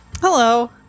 Hello